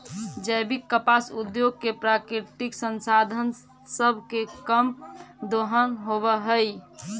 जैविक कपास उद्योग में प्राकृतिक संसाधन सब के कम दोहन होब हई